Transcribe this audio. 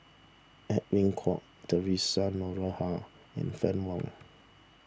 Edwin Koek theresa Noronha and Fann Wong